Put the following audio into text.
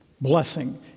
blessing